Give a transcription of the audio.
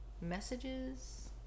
messages